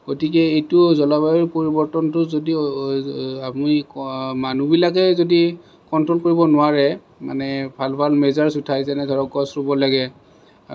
গতিকে এইটো জলবায়ুৰ পৰিবৰ্তনটো যদি আমি মানুহবিলাকে যদি কনট্ৰ'ল কৰিব নোৱাৰে মানে ভাল ভাল মেজাৰ্ছ উঠাই যেনে ধৰক গছ ৰুব লাগে